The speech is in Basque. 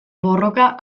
borroka